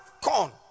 corn